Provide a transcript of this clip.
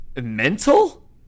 Mental